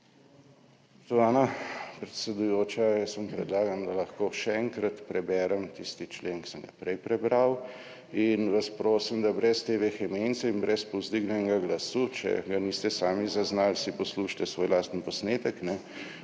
predsedujoča, jaz vam predlagam, da lahko še enkrat preberem tisti člen, ki sem ga prej prebral. In vas prosim, da brez te vehemence in brez povzdignjenega glasu – če ga niste sami zaznali, si poslušajte svoj lastni posnetek